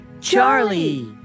Charlie